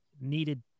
needed